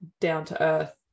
down-to-earth